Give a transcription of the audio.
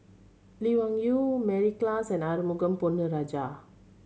Lee Wung Yew Mary Klass and Arumugam Ponnu Rajah